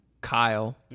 Kyle